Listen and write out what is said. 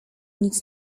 nic